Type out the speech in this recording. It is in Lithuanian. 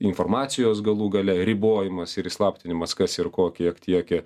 informacijos galų gale ribojimas ir įslaptinimas kas ir ko kiek tiekė